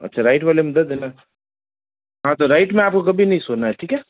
अच्छा राइट वाले में दर्द है ना हाँ तो राइट में आप को कभी नहीं सोना है ठीक है